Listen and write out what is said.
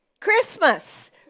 Christmas